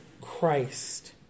Christ